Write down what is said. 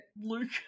luke